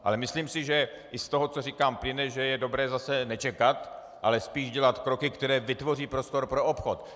Ale myslím si, že i z toho, co říkám, plyne, že je dobré zase nečekat, ale spíš dělat kroky, které vytvoří prostor pro obchod.